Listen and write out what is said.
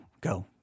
go